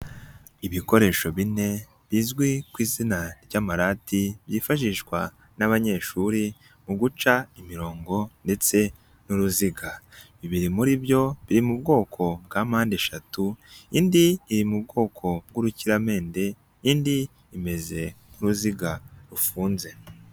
Ibikoresho bine izwi ku izina ry'amarati, byifashishwa n'abanyeshuri mu guca imirongo ndetse n'uruziga, bibiri muri byo biri mu bwoko bwa mpande eshatu, indi iri mu bwoko bw'urukiramende, indi imeze nk'uruziga rufunze.